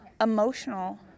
emotional